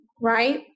right